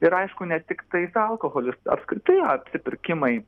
ir aišku ne tik tais alkoholis apskritai apsipirkimai